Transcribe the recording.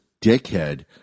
dickhead